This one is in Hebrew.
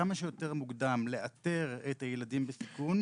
כמה שיותר מוקדם לאתר את הילדים בסיכון.